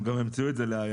הם גם המציאו את זה ליצרנים.